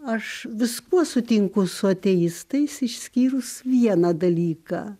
aš viskuo sutinku su ateistais išskyrus vieną dalyką